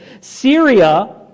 Syria